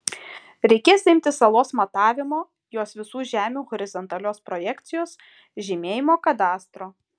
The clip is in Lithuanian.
reikės imtis salos matavimo jos visų žemių horizontalios projekcijos žymėjimo kadastro